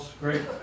great